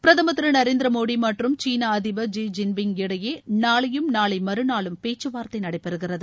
பிரதமர் திரு நரேந்திரமோடி மற்றும் சீன அதிபர் லி ஜின்பிங் இடையே நாளையும் நாளை மறுநாளும் பேச்சுவார்த்தை நடைபெறுகிறது